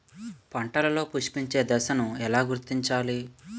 పంటలలో పుష్పించే దశను ఎలా గుర్తించాలి?